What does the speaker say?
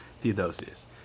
Theodosius